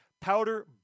Powder